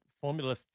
Formula